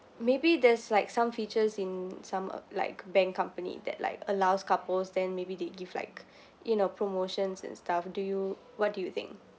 maybe there's like some features in some like bank company that like allows couples then maybe they give like you know promotions and stuff do you what do you think